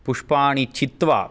पुष्पाणि चित्वा